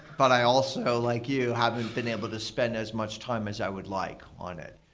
but i also, like you, haven't been able to spend as much time as i would like on it.